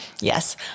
yes